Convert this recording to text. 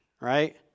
right